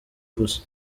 gusa